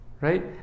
Right